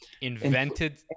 invented